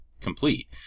complete